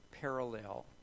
Parallel